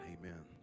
Amen